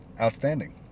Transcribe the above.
outstanding